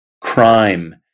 crime